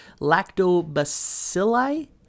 lactobacilli